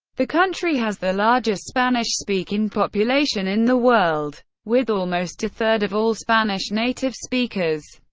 the country has the largest spanish-speaking population in the world with almost a third of all spanish native speakers.